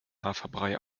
haferbrei